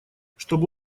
чтобы